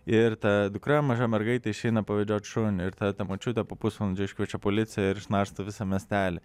ir ta dukra maža mergaitė išeina pavedžiot šunį ir ta ta močiutė po pusvalandžio iškviečia policiją ir išnarsto visą miestelį